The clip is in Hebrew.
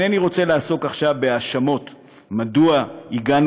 אינני רוצה לעסוק עכשיו בהאשמות מדוע הגענו